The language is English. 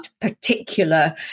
particular